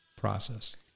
process